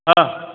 हां